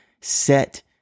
set